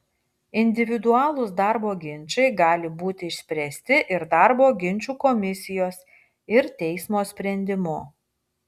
individualūs darbo ginčai gali būti išspręsti ir darbo ginčų komisijos ir teismo sprendimu